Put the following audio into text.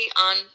on